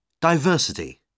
Diversity